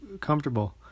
comfortable